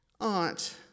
aunt